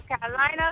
Carolina